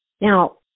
Now